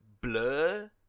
blur